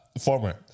Former